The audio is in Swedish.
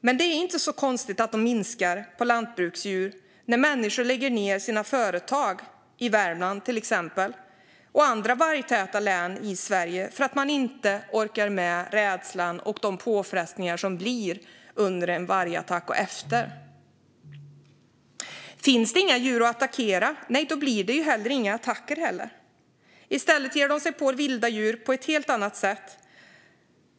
Men det är inte så konstigt att attackerna på lantbruksdjur minskar när människor lägger ned sina företag i till exempel Värmland och andra vargtäta län i Sverige för att de inte orkar med rädslan och de påfrestningar som uppstår under en vargattack och efteråt. Finns det inga djur att attackera blir det ju heller inga attacker. I stället ger vargen sig på vilda djur på ett helt annat sätt.